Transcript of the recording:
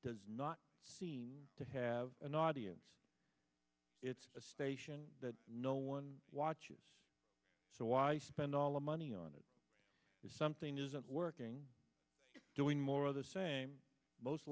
does not seem to have an audience it's a station that no one watches so why spend all the money on it if something isn't working doing more of the same most